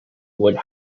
would